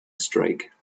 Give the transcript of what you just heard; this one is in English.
strike